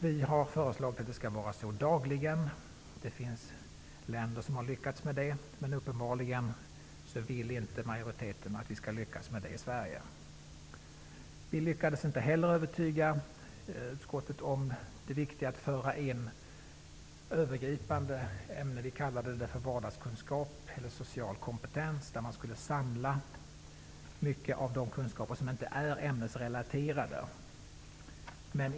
Vi har föreslagit att den skall utgöra ett dagligt inslag. Det finns länder som har lyckats med det, men majoriteten vill uppenbarligen inte att vi skall lyckas med det i Sverige. Vi lyckades inte heller övertyga utskottet om det viktiga i att införa det övergripande ämne som vi kallar för vardagskunskap eller social kompetens. Under det ämnet skulle man förmedla många av de kunskaper som inte är ämnesrelaterade.